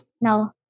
no